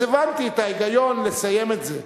אז הבנתי את ההיגיון לסיים את זה.